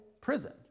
prison